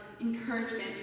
encouragement